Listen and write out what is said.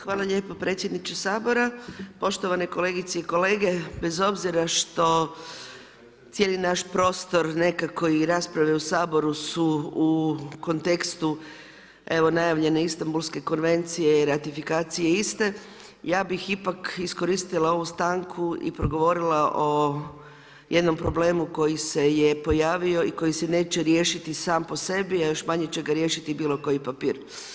Hvala lijepo predsjedniče Sabora, poštovane kolegice i kolege, bez obzira što cijeli naš prostor, nekako i rasprave u Sabora su u kontekstu, evo najavljene Istambulske konvencije i ratifikacije iste, ja bih ipak iskoristila ovu stanku i progovorila o jednom problemu koji se je pojavio i koji se neće riješiti sam po sebi, a još manje će ga riješiti bilo koji papir.